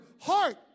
heart